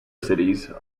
cities